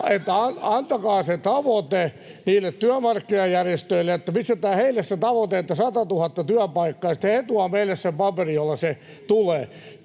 antakaa se tavoite niille työmarkkinajärjestöille, että pistetään heille se tavoite, että 100 000 työpaikkaa, ja sitten he tuovat meille sen paperin, jolla se tulee.